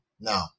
No